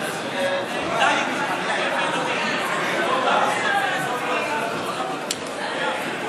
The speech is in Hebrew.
ההצעה להעביר את הצעת חוק התפזרות הכנסת העשרים,